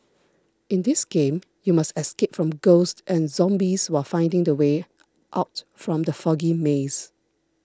in this game you must escape from ghosts and zombies while finding the way out from the foggy maze